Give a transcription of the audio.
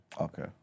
Okay